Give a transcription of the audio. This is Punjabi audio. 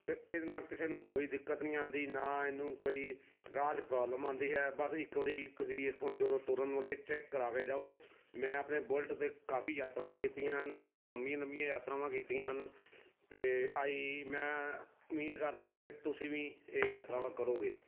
ਅਤੇ ਇਹਦੇ ਨਾਲ ਕਿਸੇ ਨੂੰ ਕੋਈ ਦਿੱਕਤ ਨਹੀਂ ਆਉਂਦੀ ਨਾ ਇਹਨੂੰ ਕੋਈ ਰਾਹ 'ਚ ਪ੍ਰੋਬਲਮ ਆਉਂਦੀ ਹੈ ਬਸ ਇੱਕ ਵਾਰੀ ਤੁਸੀਂ ਇੱਥੋਂ ਜਦੋਂ ਤੁਰਨ ਵੇਲੇ ਚੈੱਕ ਕਰਾ ਕੇ ਜਾਓ ਮੈਂ ਆਪਣੇ ਬੁਲਟ 'ਤੇ ਕਾਫੀ ਯਾਤਰਾਵਾਂ ਕੀਤੀਆਂ ਹਨ ਬਹੁਤ ਲੰਬੀਆਂ ਲੰਬੀਆਂ ਯਾਤਰਾਵਾਂ ਕੀਤੀਆਂ ਹਨ ਅਤੇ ਆਈ ਮੈਂ ਉਮੀਦ ਕਰਦਾ ਹਾਂ ਕਿ ਤੁਸੀਂ ਵੀ ਇਹ ਯਾਤਰਾਵਾਂ ਕਰੋਗੇ